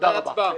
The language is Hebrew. תודה רבה.